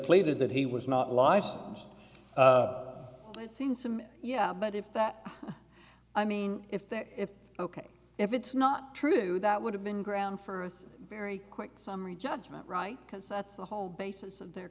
pleaded that he was not licensed it seems to me yeah but if that i mean if they're if ok if it's not true that would have been ground for a very quick summary judgment right because that's the whole basis of their